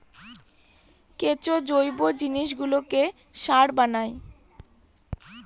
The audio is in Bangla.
কেঁচো জৈব জিনিসগুলোকে সার বানায়